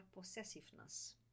possessiveness